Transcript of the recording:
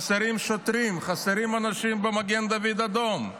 חסרים שוטרים, חסרים אנשים במגן דוד אדום.